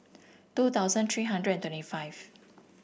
two thousand three hundred and thirty five